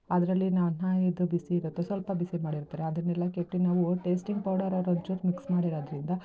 ಅದ್ರಲ್ಲಿನ ಅನ್ನ ಇದು ಬಿಸಿ ಇರುತ್ತೆ ಸ್ವಲ್ಪ ಬಿಸಿ ಮಾಡಿರ್ತಾರೆ ಅದನ್ನೆಲ್ಲ ಕೆತ್ತಿ ನಾವು ಟೇಸ್ಟಿಂಗ್ ಪೌಡರ್ ಅವ್ರು ಒಂಚೂರು ಮಿಕ್ಸ್ ಮಾಡಿರೋದರಿಂದ